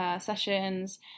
sessions